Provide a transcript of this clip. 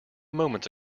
moments